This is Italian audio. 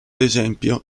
esempio